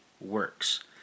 works